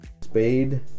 spade